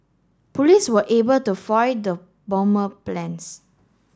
police were able to foil the bomber plans